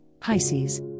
Pisces